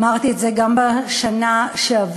אמרתי את זה גם בשנה שעברה,